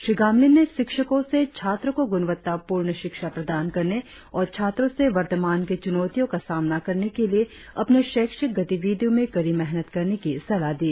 श्री गामलिन ने शिक्षको से छात्रों को गुणवत्ता पूर्ण शिक्षा प्रदान करने और छात्रों से वर्तमान के चुनौतियों का सामना करने के लिए अपने शैक्षिक गतिविधियों में कड़ी मेहनत करने की सलाह दी